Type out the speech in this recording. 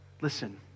listen